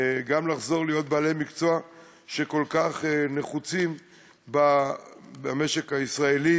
לחזור להיות בעלי מקצוע שכל כך נחוצים במשק הישראלי